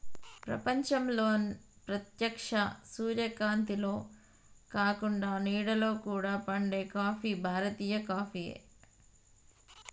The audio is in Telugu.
ప్రపంచంలో ప్రేత్యక్ష సూర్యకాంతిలో కాకుండ నీడలో కూడా పండే కాఫీ భారతీయ కాఫీయే